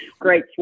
Great